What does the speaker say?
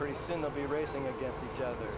pretty soon they'll be racing against each other